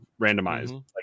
randomized